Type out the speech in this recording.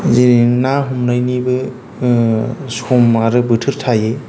जेरै ना हमनायनिबो सम आरो बोथोर थायो